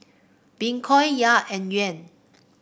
Bitcoin Kyat and Yuan